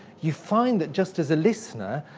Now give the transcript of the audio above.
you find that just as a listener,